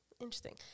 interesting